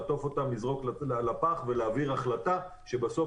לעטוף אותן ולזרוק לפח ולהעביר החלטה שבסוף